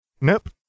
Nope